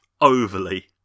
overly